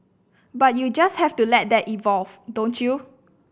but you just have to let that evolve don't you